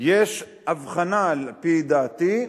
יש הבחנה, על-פי דעתי,